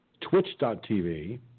Twitch.tv